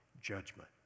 judgment